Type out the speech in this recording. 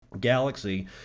Galaxy